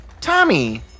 Tommy